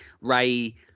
ray